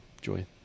Joy